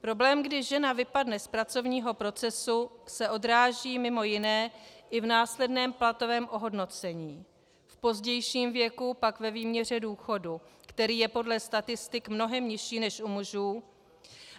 Problém, kdy žena vypadne z pracovního procesu, se odráží mimo jiné i v následném platovém ohodnocení, v pozdějším věku pak ve výměře důchodu, který je podle statistik mnohem nižší než u mužů,